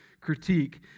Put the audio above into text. critique